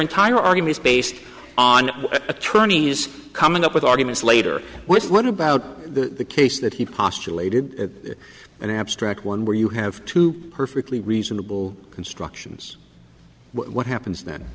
entire argument is based on attorneys coming up with arguments later which one about the case that he postulated an abstract one where you have to perfectly reasonable constructions what happens then